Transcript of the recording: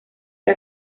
que